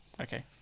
Okay